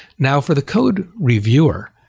now, for the code reviewer,